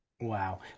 Wow